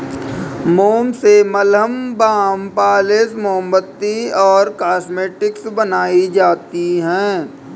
मोम से मलहम, बाम, पॉलिश, मोमबत्ती और कॉस्मेटिक्स बनाई जाती है